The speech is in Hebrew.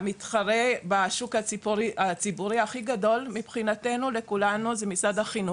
המתחרה בשוק הציבורי הכי גדול מבחינתנו לכולנו זה משרד החינוך,